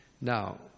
Now